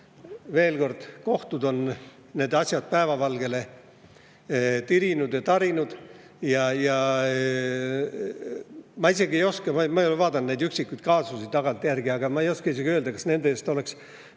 Veel kord, kohtud on need asjad päevavalgele tirinud ja tarinud. Ma ei ole vaadanud neid üksikuid kaasusi tagantjärgi, ma ei oska isegi öelda, kas nende eest oleks